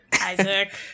Isaac